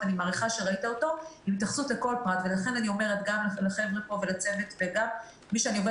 אבל נראה לי שהמערכת הזאת תוכל לספק פתרונות להרבה